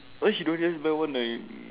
why she don't just buy one like